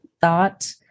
thought